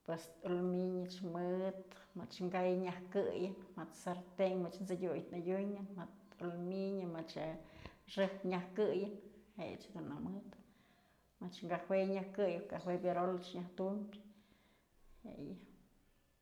Pues aluminië ëch mëd mëch ka'ay nyaj këyën, mëd sarten mëch t'sëdyut adyunën mëd aluminio mëchë je'e xëjk nyaj këyën jëch dun namëd mach kajue nyaj këyën, kafue perol nyaj tumbyë jeyë.